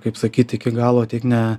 kaip sakyt iki galo tiek ne